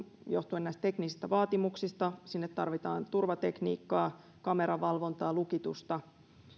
johtuen näistä teknisistä vaatimuksista sinne tarvitaan turvatekniikkaa kameravalvontaa lukitusta